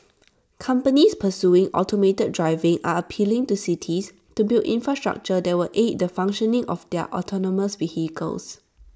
companies pursuing automated driving are appealing to cities to build infrastructure that will aid the functioning of their autonomous vehicles